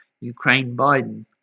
Ukraine-Biden